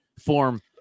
form